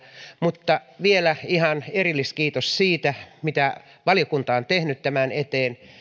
mutta vielä ihan erilliskiitos siitä mitä valiokunta on tehnyt tämän eteen